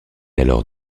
alors